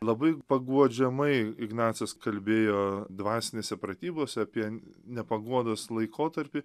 labai paguodžiamai ignacas kalbėjo dvasinėse pratybose apie nepaguodos laikotarpį